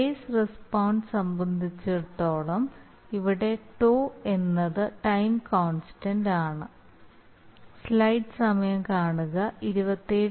face response സംബന്ധിച്ചിടത്തോളം ഇവിടെ τ എന്നത് ടൈം കോൺസ്റ്റൻന്റ് ആണ്